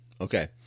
Okay